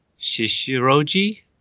Shishiroji